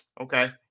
okay